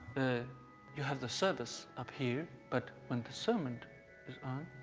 you had the service up here, but when the sermon was ah